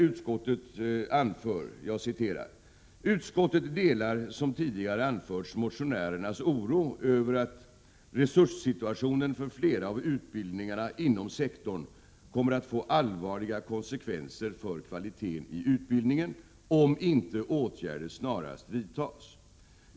Utskottet anför följande: Utskottet delar som tidigare anförts motionärernas oro över att resurssituationen för flera av utbildningarna inom sektorn kommer att få allvarliga konsekvenser för kvaliteten i utbildningen om inte åtgärder snarast vidtas.